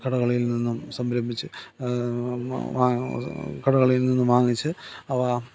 കടകളിൽ നിന്നും സംരംഭിച്ച് അത് വാങ്ങാൻ അത് കടകളിൽ നിന്നും വാങ്ങിച്ച് അവ